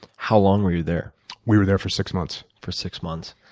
how long were you there? we were there for six months. for six months.